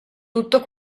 tutto